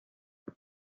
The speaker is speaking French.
vous